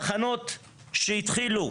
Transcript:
אתה תתייחס,